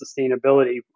sustainability